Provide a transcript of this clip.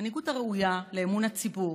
מנהיגות הראויה לאמון הציבור,